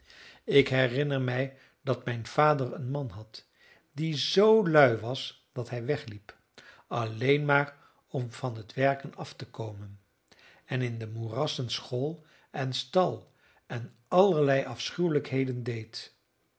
ik herinner mij dat mijn vader een man had die zoo lui was dat hij wegliep alleen maar om van het werken af te komen en in de moerassen school en stal en allerlei afschuwelijkheden deed